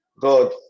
God